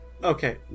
Okay